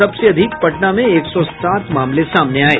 सबसे अधिक पटना में एक सौ सात मामले सामने आये